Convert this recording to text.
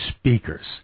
speakers